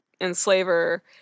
enslaver